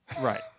Right